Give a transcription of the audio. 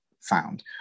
found